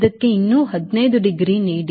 ಇದಕ್ಕೆ ಇನ್ನೂ 15 ಡಿಗ್ರಿ ನೀಡಿ